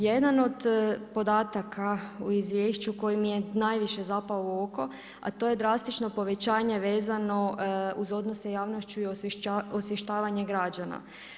Jedan od podataka u Izvješću koji mi je najviše zapeo u oko, a to je drastično povećanje vezano uz odnose javnošću i osvještavanje građana.